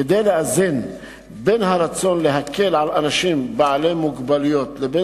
כדי לאזן בין הרצון להקל על אנשים בעלי מוגבלויות לבין